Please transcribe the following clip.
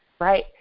right